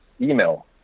email